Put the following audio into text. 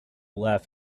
laugh